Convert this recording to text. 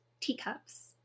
teacups